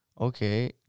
okay